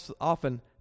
often